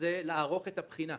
וזה לערוך את הבחינה.